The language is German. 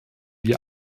wir